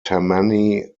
tammany